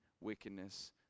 wickedness